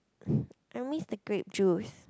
I miss the grape juice